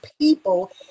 people